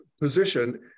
position